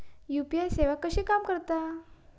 UPI सेवा कशी काम करता?